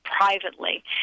privately